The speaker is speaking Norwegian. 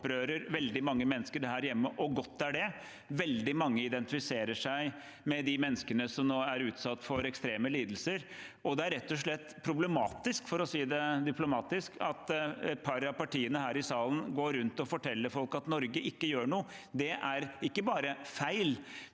veldig mange mennesker her hjemme – og godt er det; veldig mange identifiserer seg med de menneskene som nå er utsatt for ekstreme lidelser – er det rett og slett problematisk, for å si det diplomatisk, at et par av partiene her i salen går rundt og forteller folk at Norge ikke gjør noe. Det er ikke bare feil,